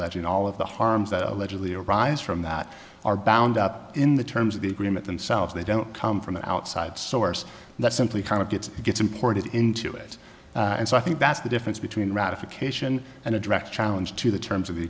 alleging all of the harms that allegedly arise from that are bound up in the terms of the agreement themselves they don't come from an outside source that simply kind of gets gets imported into it and so i think that's the difference between ratification and a direct challenge to the terms of the